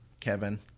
Kevin